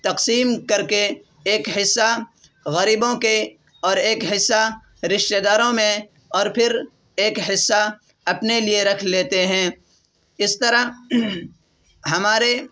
تقسیم کر کے ایک حصہ غریبوں کے اور ایک حصہ رشتےداروں میں اور پھر ایک حصہ اپنے لیے رکھ لیتے ہیں اس طرح ہمارے